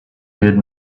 good